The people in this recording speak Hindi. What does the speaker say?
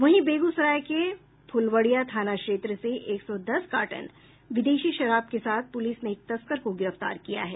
वहीं बेगूसराय के फु्लवड़िया थाना क्षेत्र से एक सौ दस कार्टन विदेशी शराब के साथ पुलिस ने एक तस्कर को गिरफ्तार किया है